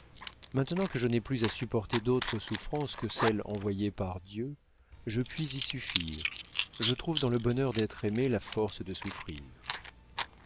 maintenant que je n'ai plus à supporter d'autres souffrances que celles envoyées par dieu je puis y suffire je trouve dans le bonheur d'être aimée la force de souffrir